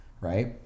right